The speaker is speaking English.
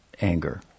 anger